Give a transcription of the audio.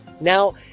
Now